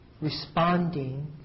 responding